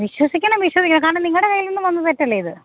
വിശ്വസിക്കണം വിശ്വസിക്കണം കാരണം നിങ്ങളുടെ കയ്യിൽ നിന്നു വന്ന തെറ്റല്ലേ ഇത്